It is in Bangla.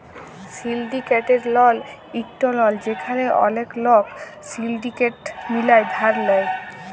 সিলডিকেটেড লন একট লন যেখালে ওলেক লক সিলডিকেট মিলায় ধার লেয়